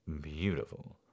beautiful